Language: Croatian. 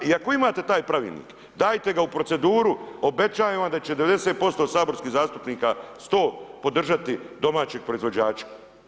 I ako imate taj pravilnik, dajte ga u proceduru, obećajem Vam da će 90% saborskih zastupnika, 100, podržati domaćeg proizvođača.